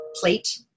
plate